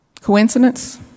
Coincidence